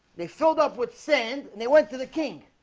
they filled up with sand and they went to the king